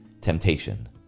temptation